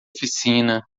oficina